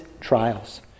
trials